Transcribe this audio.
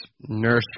Nursery